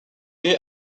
née